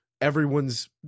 everyone's